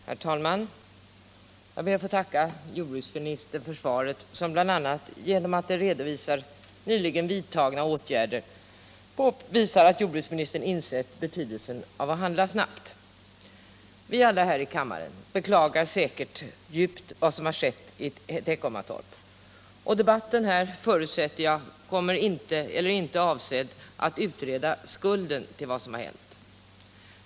Herr talman! Jag ber att få tacka jordbruksministern för hans svar, som bl.a. genom att det redogör för nyligen vidtagna åtgärder visar att jordbruksministern insett betydelsen av att handla snabbt. Vi beklagar alla här i kammaren säkerligen djupt vad som har skett i Teckomatorp, och jag förutsätter att debatten här i kammaren inte är avsedd att utreda 49 skulden till vad som har hänt.